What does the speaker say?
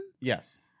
yes